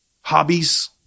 Hobbies